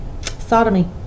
sodomy